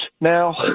now